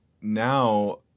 now